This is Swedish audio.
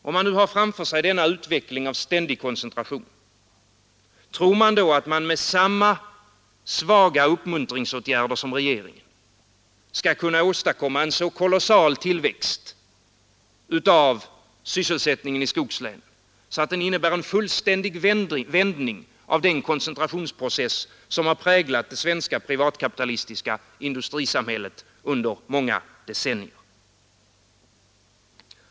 Om man nu har framför sig denna utveckling av ständig koncentration, tror man då att man med samma svaga uppmuntringsåtgärder som regeringens skall kunna åstadkomma en så kolossal tillväxt av sysselsätt ningen i skogslänen att den innebär en fullständig vändning av den koncentrationsprocess som har präglat det svenska privatkapitalistiska industrisamhället under många decennier?